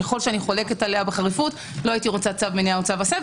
ככל שאני חולקת עליה בחריפות לא הייתי רוצה צו מניעה או צו עשה,